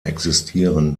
existieren